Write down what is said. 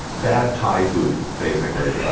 bad thai food, basically.